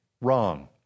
wrong